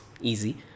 easy